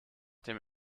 dem